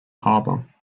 harbour